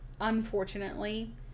Unfortunately